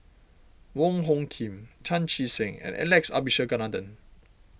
Wong Hung Khim Chan Chee Seng and Alex Abisheganaden